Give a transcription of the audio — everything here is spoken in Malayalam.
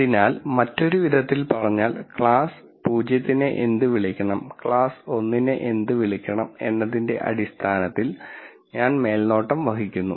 അതിനാൽ മറ്റൊരു വിധത്തിൽ പറഞ്ഞാൽ ക്ലാസ് 0 നെ എന്ത് വിളിക്കണം ക്ലാസ് 1 നെ എന്ത് വിളിക്കണം എന്നതിന്റെ അടിസ്ഥാനത്തിൽ ഞാൻ മേൽനോട്ടം വഹിക്കുന്നു